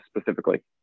specifically